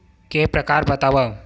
के प्रकार बतावव?